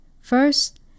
First